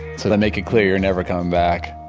so they make it clear you're never coming back.